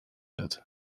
wird